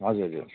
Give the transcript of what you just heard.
हजुर हजुर